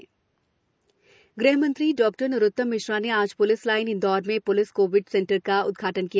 Indore covid centre ग़ह मंत्री डॉ नरोत्तम मिश्रा ने आज प्लिस लाइन इंदौर में प्लिस कोविड सेंटर का उद्घाटन किया